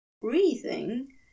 breathing